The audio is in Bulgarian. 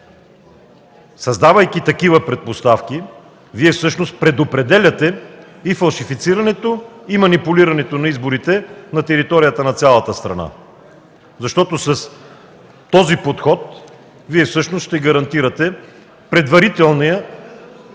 Създавайки такива предпоставки, Вие всъщност предопределяте и фалшифицирането, и манипулирането на изборите на територията на цялата страна. С този подход Вие всъщност ще гарантирате предварителния